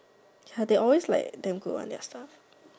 ya they always like damn good one their stuff